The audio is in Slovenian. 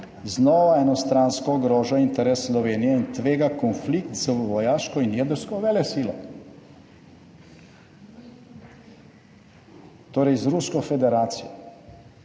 znova enostransko ogroža interes Slovenije in tvega konflikt z vojaško in jedrsko velesilo.« Torej z Rusko federacijo.